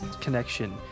connection